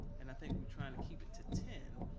and i think we're trying to keep it to ten.